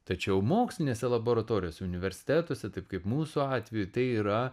tačiau mokslinėse laboratorijose universitetuose taip kaip mūsų atveju tai yra